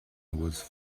was